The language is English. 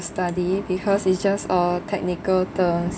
study because it's just uh technical terms